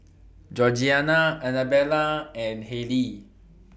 Georgiana Annabella and Hayley